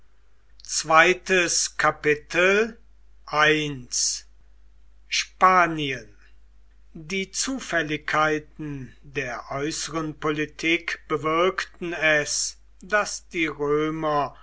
zweites kapitel spanien die zufälligkeiten der äußeren politik bewirkten es daß die römer